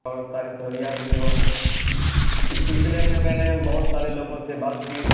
اور ساری سہولیات بھی ہو اس سلسلے میں میں نے بہت سارے لوگوں سے بات کی